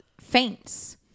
faints